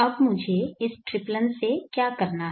अब मुझे इस ट्रिप्लन से क्या करना है